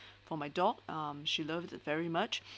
for my dog um she loved very much